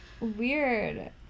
Weird